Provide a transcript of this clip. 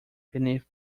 beneath